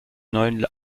neuen